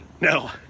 No